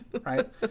right